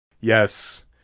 yes